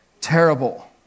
terrible